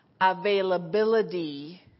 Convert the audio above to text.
availability